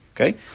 okay